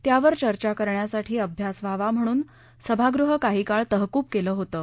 त्यावर चर्चा करण्यासाठी अभ्यास व्हावा म्हणून सभागृह काही काळ तहकूब केलं होतं